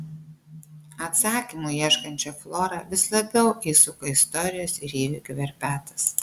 atsakymų ieškančią florą vis labiau įsuka istorijos ir įvykių verpetas